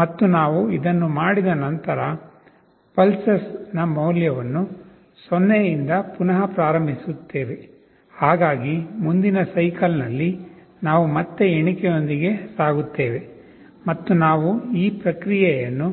ಮತ್ತು ನಾವು ಇದನ್ನು ಮಾಡಿದ ನಂತರ pulses ನ ಮೌಲ್ಯವನ್ನು 0 ಇಂದ ಪುನಃ ಪ್ರಾರಂಭಿಸುತ್ತೇವೆ ಹಾಗಾಗಿ ಮುಂದಿನ ಸೈಕಲ್ನಲ್ಲಿ ನಾವು ಮತ್ತೆ ಎಣಿಕೆಯೊಂದಿಗೆ ಸಾಗುತ್ತೇವೆ ಮತ್ತು ನಾವು ಈ ಪ್ರಕ್ರಿಯೆಯನ್ನು